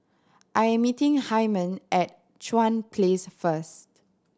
I am meeting Hyman at Chuan Place first